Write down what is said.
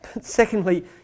Secondly